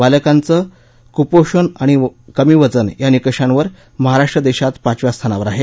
बालकांचं कुपोषण आणि कमी वजन या निकषांवर महाराष्ट्र देशात पाचव्या स्थानावर आहे